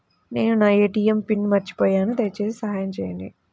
నేను నా ATM PIN మర్చిపోయాను దయచేసి సహాయం చేయండి